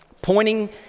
Pointing